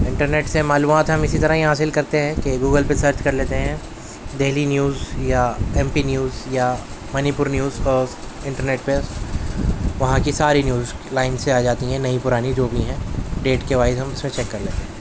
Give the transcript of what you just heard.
internet سے معلومات ہم اسی طرح ہی حاصل کرتے ہیں کہ گوگل پہ سرچ کر لیتے ہیں دہلی نیوز یا ایم پی نیوز یا منی پور نیوز انٹرنیٹ پہ وہاں کی ساری نیوز ایک لائن سے آ جاتی ہیں نئی پرانی جو بھی ہیں ڈیٹ کے وائس ہم اس چیک کر لیتے ہیں